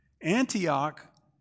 Antioch